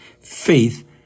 faith